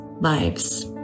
lives